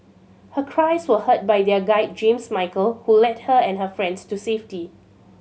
her cries were heard by their guide James Michael who led her and her friends to safety